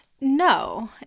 No